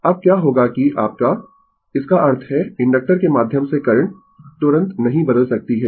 अब क्या होगा कि आपका इसका अर्थ है इंडक्टर के माध्यम से करंट तुरंत नहीं बदल सकती है